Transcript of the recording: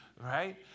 right